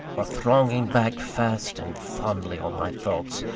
are thronging back fast and fondly on my thoughts,